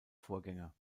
vorgänger